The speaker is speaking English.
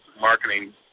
marketing